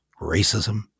racism